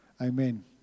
Amen